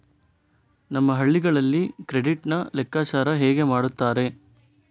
ನಮ್ಮ ಹಳ್ಳಿಗಳಲ್ಲಿ ಕ್ರೆಡಿಟ್ ನ ಲೆಕ್ಕಾಚಾರ ಹೇಗೆ ಮಾಡುತ್ತಾರೆ?